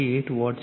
48 vote છે